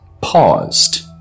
paused